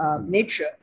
nature